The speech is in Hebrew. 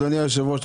אדוני היושב-ראש,